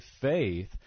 faith